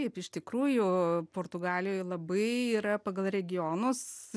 taip iš tikrųjų portugalijoj labai yra pagal regionus